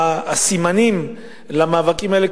הסימנים למאבקים האלה,